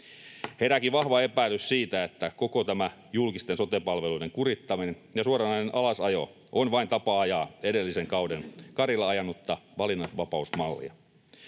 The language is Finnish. Herääkin vahva epäilys siitä, että koko tämä julkisten sote-palveluiden kurittaminen ja suoranainen alasajo ovat vain tapa ajaa edellisen kauden karille ajanutta valinnanvapausmallia.